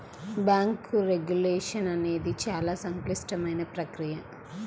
bank regulation అనేది చాలా సంక్లిష్టమైన ప్రక్రియ